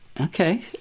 okay